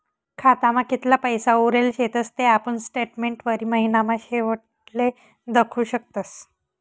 खातामा कितला पैसा उरेल शेतस ते आपुन स्टेटमेंटवरी महिनाना शेवटले दखु शकतस